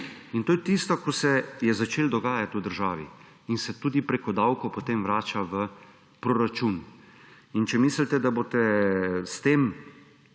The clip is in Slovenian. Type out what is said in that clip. To je tisto, ko se je začelo dogajati v državi in se tudi prek davkov potem vrača v proračun. Če mislite, da boste s tem,